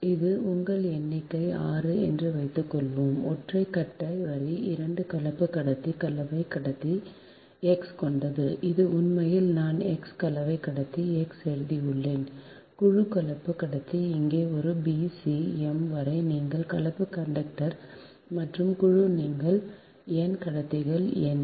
இது உங்கள் எண்ணிக்கை 6 என்று வைத்துக்கொள்வோம் ஒற்றை கட்ட வரி 2 கலப்பு கடத்தி கலவை கடத்தி X கொண்டது இது உண்மையில் நான் எக்ஸ் கலவை கடத்தி X எழுதியுள்ளேன் குழு கலப்பு கடத்தி இங்கே ஒரு b c m வரை நீங்கள் கலப்பு கண்டக்டர் மற்றொரு குழு நீங்கள் n கடத்திகள் எண்